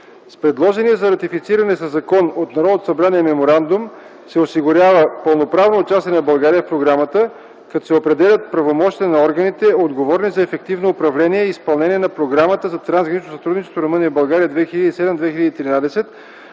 С предложения за ратифициране със закон от Народното събрание меморандум се осигурява пълноправното участие на България в програмата, като се определят правомощията на органите, отговорни за ефективно управление и изпълнение на Програмата за трансгранично